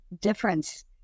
difference